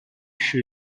fut